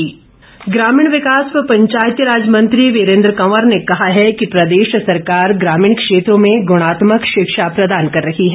वीरेन्द्र कंवर ग्रामीण विकास व पंचायतीराज मंत्री वीरेन्द्र कंवर ने कहा है कि प्रदेश सरकार ग्रामीण क्षेत्रों में गुणात्मक शिक्षा प्रदान कर रही है